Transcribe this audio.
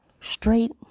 Straight